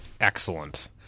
Excellent